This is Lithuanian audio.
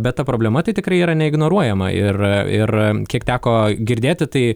bet ta problema tai tikrai yra neignoruojama ir ir kiek teko girdėti tai